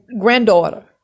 granddaughter